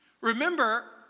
Remember